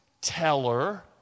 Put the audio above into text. teller